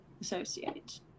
associate